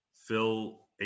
fill